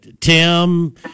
Tim